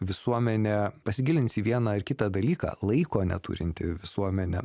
visuomenė pasigilins į vieną ar kitą dalyką laiko neturinti visuomenė